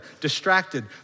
Distracted